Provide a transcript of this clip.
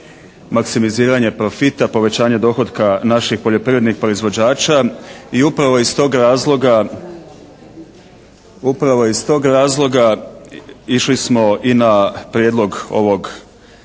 maksimiziranje profita, povećanje dohotka naših poljoprivrednih proizvođača i upravo iz tog razloga išli smo i na prijedlog ovog zakona